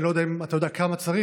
אני לא יודע אם אתה יודע כמה צריך.